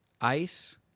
ice